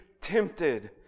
tempted